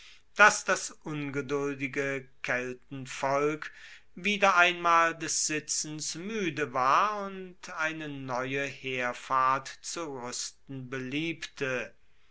dass das ungeduldige kelterwolk wieder einmal des sitzens muede war und eine neue heerfahrt zu ruesten beliebte